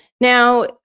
Now